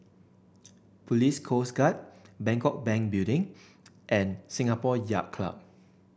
Police Coast Guard Bangkok Bank Building and Singapore Yacht Club